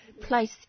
place